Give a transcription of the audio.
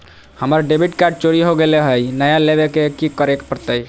हमर debit card चोरी हो गेले हई, नया लेवे ल की करे पड़तई?